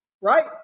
right